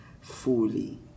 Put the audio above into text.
fully